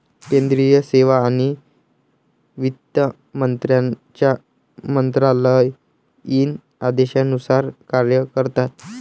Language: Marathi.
केंद्रीय सेवा आणि वित्त मंत्र्यांच्या मंत्रालयीन आदेशानुसार कार्य करतात